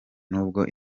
nubwo